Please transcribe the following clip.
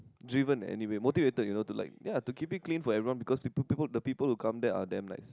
driven anyway motivated you know to like ya to keep it clean for everyone because people the people who come there are damn nice